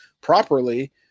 properly